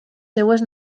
seves